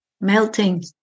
melting